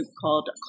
called